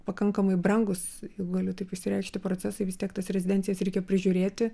pakankamai brangus jeigu galiu taip išsireikšti procesai vis tiek tas rezidencijas reikia prižiūrėti